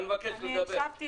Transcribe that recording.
אני מבקש שתדבר.